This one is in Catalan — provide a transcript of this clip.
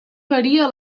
varia